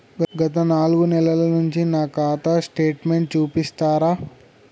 గత నాలుగు నెలల నుంచి నా ఖాతా స్టేట్మెంట్ చూపిస్తరా?